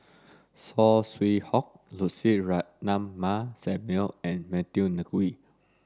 Saw Swee Hock Lucy Ratnammah Samuel and Matthew Ngui